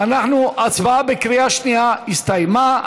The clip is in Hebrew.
ההצבעה בקריאה שנייה הסתיימה.